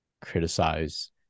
criticize